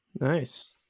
Nice